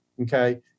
Okay